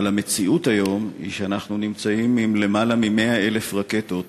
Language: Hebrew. אבל המציאות היום היא שאנחנו נמצאים עם למעלה מ-100,000 רקטות